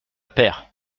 perds